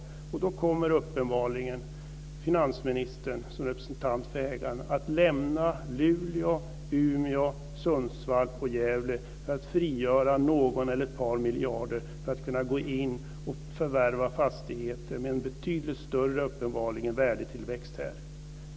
Då kommer uppenbarligen finansministern som representant för ägaren att lämna Luleå, Umeå, Sundsvall och Gävle för att frigöra någon eller ett par miljarder för att kunna gå in och förvärva fastigheter med en betydligt större värdetillväxt.